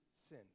sin